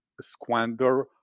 squander